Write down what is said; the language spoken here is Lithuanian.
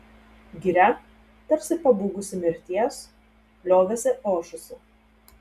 giria tarsi pabūgusi mirties liovėsi ošusi